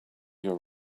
your